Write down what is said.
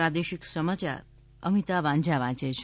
પ્રાદેશિક સમાચાર અમિતા વાંઝા વાંચે છે